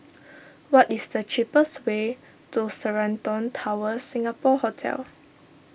what is the cheapest way to Sheraton Towers Singapore Hotel